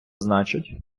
значить